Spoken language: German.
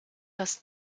das